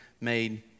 made